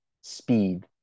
speed